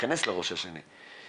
ולהיכנס לראש של השני.